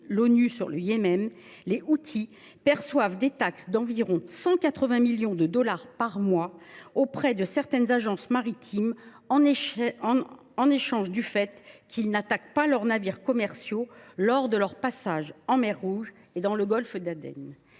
l’ONU sur le Yémen, les Houthis perçoivent des « taxes » d’environ 180 millions de dollars par mois auprès de certaines agences maritimes, en échange du renoncement à attaquer leurs navires commerciaux lors du passage de ceux ci en mer Rouge et dans le golfe d’Aden.